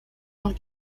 noch